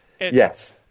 Yes